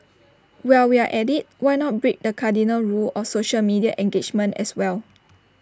while we are at IT why not break the cardinal rule of social media engagement as well